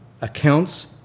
accounts